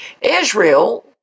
Israel